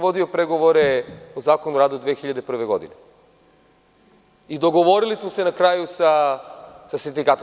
Vodio sam pregovore o Zakonu o radu 2001. godine, i dogovorili smo se na kraju sa sindikatom.